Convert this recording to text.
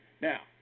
Now